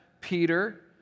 Peter